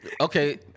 Okay